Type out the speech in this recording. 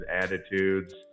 attitudes